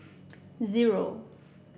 zero